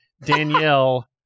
Danielle